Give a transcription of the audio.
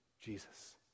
Jesus